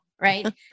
right